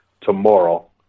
tomorrow